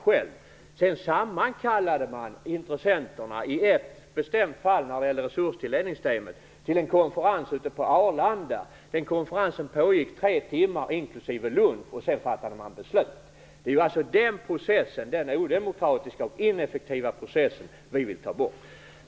Sedan sammankallade man intressenterna - i ett bestämt fall, nämligen när det gällde resurstilldelningssystemet, till en konferens ute på Arlanda. Den konferensen pågick tre timmar inklusive lunch, och sedan fattade man beslut. Det är den odemokratiska och ineffektiva processen som vi vill ta bort.